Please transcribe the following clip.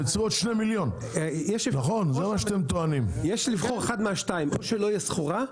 עוד 2,000,000. יש לבחור אחד מהשניים: או שלא תהיה סחורה,